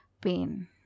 pain